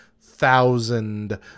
thousand